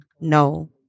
no